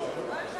חברי